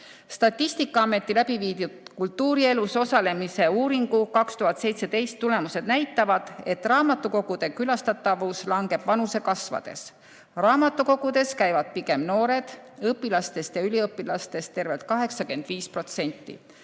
Statistikaameti läbi viidud kultuurielus osalemise uuringu 2017. aasta tulemused näitavad, et raamatukogude külastamine langeb vanuse kasvades. Raamatukogudes käivad pigem noored, õpilastest ja üliõpilastest tervelt 85%